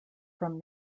from